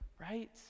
right